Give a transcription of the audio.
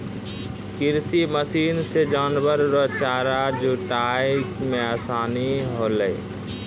कृषि मशीन से जानवर रो चारा जुटाय मे आसानी होलै